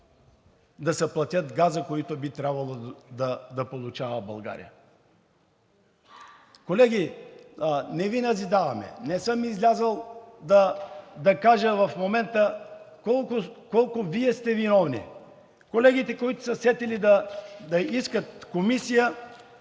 да се плати газът, който би трябвало да получава България. Колеги, не Ви назидавам, не съм излязъл да кажа в момента колко Вие сте виновни. Колегите, които са се сетили да искат комисия